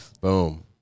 Boom